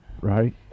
Right